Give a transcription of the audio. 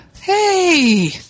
Hey